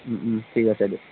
ঠিক আছে দিয়ক